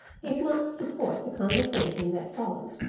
if not support, the conversation that followed.